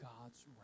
God's